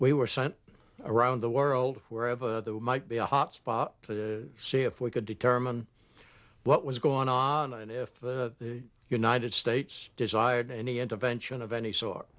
we were sent around the world wherever there might be a hot spot to see if we could determine what was going on and if united states desired any intervention of any sort